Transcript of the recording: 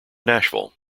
nashville